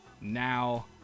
now